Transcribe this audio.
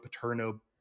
Paterno